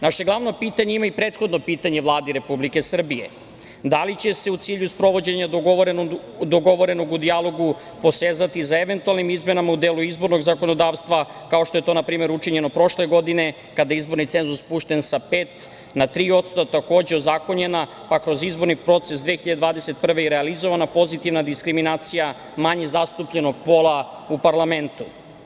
Naše glavno pitanje ima i prethodno pitanje Vladi Republike Srbije – da li će se, u cilju sprovođenja dogovorenog u dijalogu, posezati sa eventualnim izmenama u delu izbornog zakonodavstva, kao što je to npr. učinjeno prošle godine kada je izborni cenzus spušten sa pet na tri posto, takođe ozakonjena, pa kroz izborni proces 2021. i realizovana pozitivna diskriminacija manje zastupljenog pola u parlamentu?